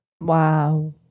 Wow